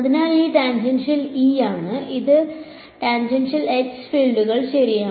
അതിനാൽ ഇത് tangential E ആണ് ഇത് ടാൻജൻഷ്യൽ H ഫീൽഡുകൾ ശരിയാണ്